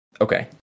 okay